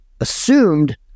assumed